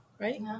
Right